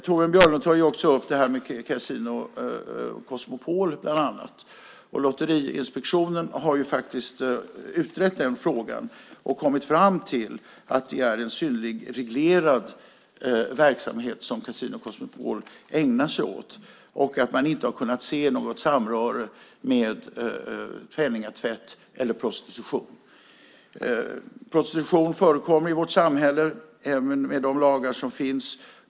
Torbjörn Björlund tar också upp Casino Cosmopol. Lotteriinspektionen har utrett den frågan och kommit fram till att det är en synnerligen reglerad verksamhet som Casino Cosmopol ägnar sig åt och att man inte har kunnat se något samröre med penningtvätt eller prostitution. Prostitution förekommer i vårt samhälle även med de lagar som finns.